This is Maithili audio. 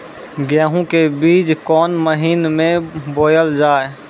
गेहूँ के बीच कोन महीन मे बोएल जाए?